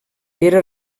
era